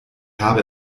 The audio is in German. habe